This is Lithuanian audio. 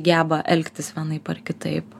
geba elgtis vienaip ar kitaip